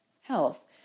health